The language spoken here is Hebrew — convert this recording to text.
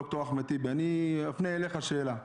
ד"ר אחמד טיבי, אני אפנה אליך שאלה.